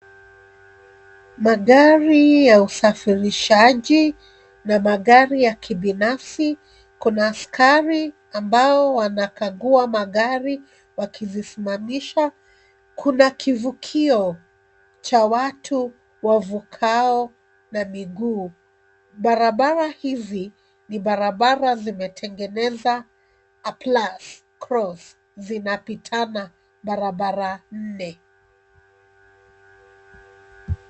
Magari ya usafirishaji na magari ya kibinafsi. Kuna askari ambao wanakagua magari wakizismamisha. Kuna kivukio cha watu wavukao na miguu. Barabara hizi ni barabara zimetengeneza a plus cross zinapitana barabara nne.